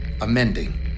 amending